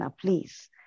please